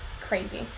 crazy